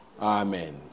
Amen